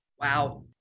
Wow